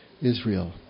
Israel